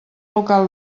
local